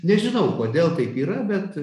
nežinau kodėl taip yra bet